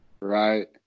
Right